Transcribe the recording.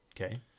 Okay